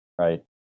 right